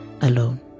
alone